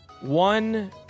One